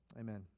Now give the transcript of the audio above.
amen